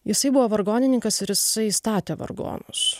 jisai buvo vargonininkas ir jisai statė vargonus